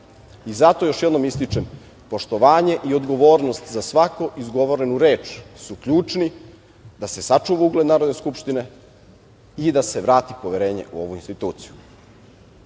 još jednom ističem, poštovanje i odgovornost za svaku izgovorenu reč su ključni da se sačuva ugled Narodne skupštine i da se vrati poverenje u ovu instituciju. Ovde